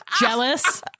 Jealous